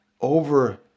over